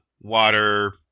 water